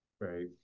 Right